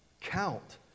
Count